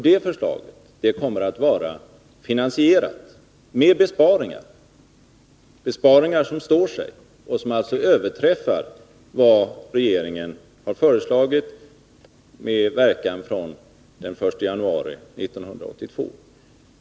Det förslaget kommer att vara finansierat med besparingar — besparingar som står sig och som alltså överträffar vad regeringen har föreslagit — med verkan från den 1 januari 1982.